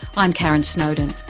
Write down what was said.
i'm karon snowdon